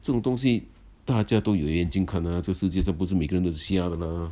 这种东西大家都有眼睛看啊这个世界上不是每个人都瞎的 lah